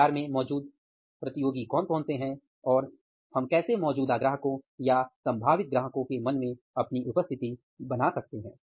बाजार में मौजूदा प्रतियोगी कौन हैं और हम कैसे मौजूदा ग्राहकों या संभावित ग्राहकों के मन में अपनी उपस्थिति बना सकते हैं